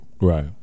Right